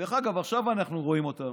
דרך אגב, עכשיו אנחנו רואים אותם.